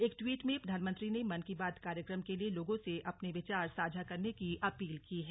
एक ट्वीट में प्रधानमंत्री ने मन की बात कार्यक्रम के लिए लोगों से अपने विचार साझा करने की अपील की है